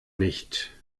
nicht